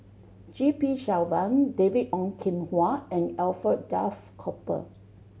G P Selvam David Ong Kim Huat and Alfred Duff Cooper